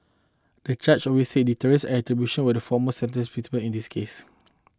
the judge we said deterrence and retribution were the foremost sentencing principle in this case